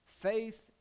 faith